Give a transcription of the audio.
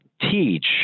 teach